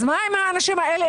אז מה עם האנשים האלה,